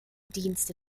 dienste